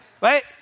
right